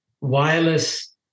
wireless